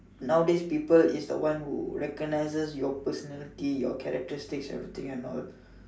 nowadays people is the one who recognises your personality your characteristics everything and all